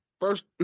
first